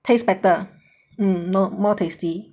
taste better mm more more tasty